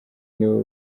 nibo